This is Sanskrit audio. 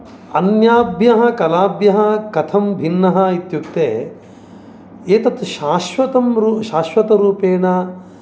अन्याभ्यः कलाभ्यः कथं भिन्नः इत्युक्ते एतत् शाश्वतं रु शाश्वतरूपेण